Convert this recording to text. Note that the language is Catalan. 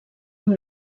amb